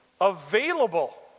available